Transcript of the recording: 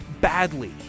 badly